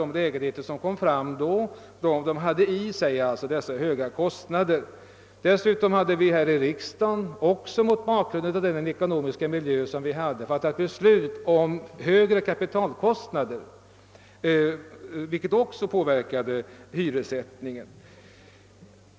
De lägenheter som då byggdes drog alltså dessa högre kostnader. Dessutom hade vi i riksdagen mot bakgrunden av det aktuella ekonomiska läget fattat beslut om högre kapitalkostnader, vilket också påverkade hyressättningen.